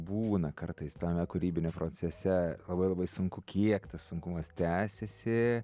būna kartais tame kūrybiniam procese labai labai sunku kiek tas sunkumas tęsiasi